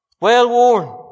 well-worn